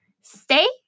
Stay